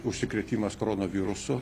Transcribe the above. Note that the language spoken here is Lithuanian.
užsikrėtimas koronavirusu